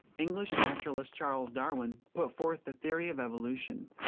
english naturalist charles darwin put forth the theory of evolution.